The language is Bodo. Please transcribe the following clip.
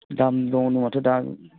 दाम दंनो माथो दा